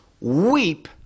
weep